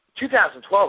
2012